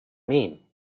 mean